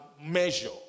measure